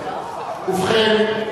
ובכן,